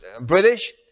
British